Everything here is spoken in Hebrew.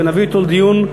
ונביא אותו לדיון,